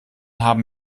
haben